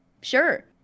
sure